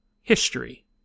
History